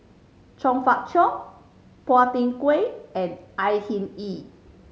Chong Fah Cheong Phua Thin Kiay and Au Hing Yee